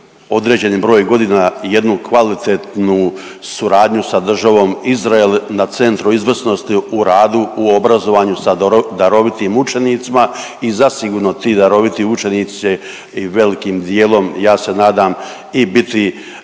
određeni broj godina i jednu kvalitetnu suradnju sa Državom Izrael na centru izvrsnosti u radu u obrazovanju sa darovitim učenicima i zasigurno ti daroviti učenici će i velikim dijelom ja se nadam i biti